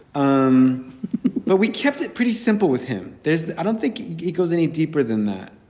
um but we kept it pretty simple with him. there's i don't think he goes any deeper than that.